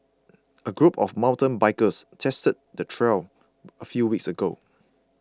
a group of mountain bikers tested the trail a few weeks ago